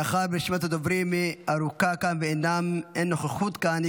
מאחר שרשימת הדוברים ארוכה ואין נוכחות כאן,